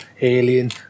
alien